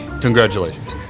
Congratulations